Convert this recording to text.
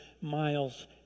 miles